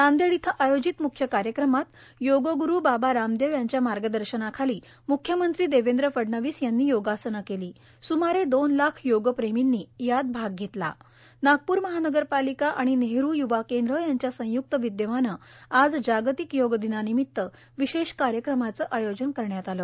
नांदेड इथं आयोजित मुख्य कार्यक्रमात योग गुरु बाबा रामदेव यांच्या मार्गदर्शनाखाली मुख्यमंत्री देवेंद्र फडणवीस यांनी योगासनं केलीण स्मारे दोन लाख योगप्रेमींनी यात भाग घेतलाण नागपूर महानगरपालिका आणि नेहरू युवा केंद्र यांच्या संयुक्त विद्यमानं आज जागतिक योगदिनानिमित्त विशेष कार्यक्रमाचं आयोजन करण्यात आलं